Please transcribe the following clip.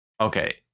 Okay